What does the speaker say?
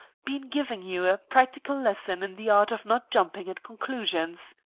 been giving you a practical lesson in the art of not jumping at conclusions.